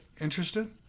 Interested